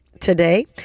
today